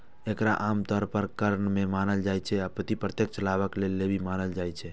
एकरा आम तौर पर कर नै मानल जाइ छै, अपितु प्रत्यक्ष लाभक लेल लेवी मानल जाइ छै